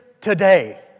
today